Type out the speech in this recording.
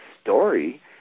story